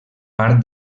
part